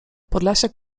podlasiak